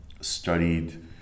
studied